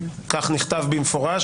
כך נכתב במפורש,